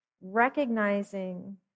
recognizing